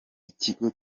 ikigo